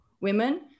women